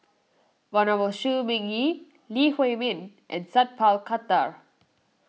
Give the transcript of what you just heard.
Venerable Shi Ming Yi Lee Huei Min and Sat Pal Khattar